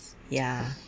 ya